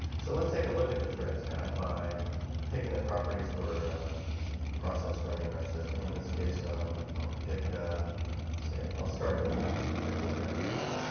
so let's take a look at the threads tab by picking the properties for a process running on our system in this case, so i'll pick so yeah, i'll start a notepad. we'll take a look at a notepad